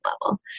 level